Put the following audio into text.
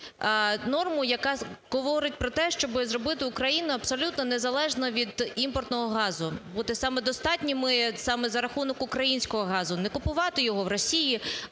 норму, яка говорить про те, щоб зробити Україну абсолютно незалежну від імпортного газу, бути самодостатніми саме за рахунок українського газу, не купувати його в Росії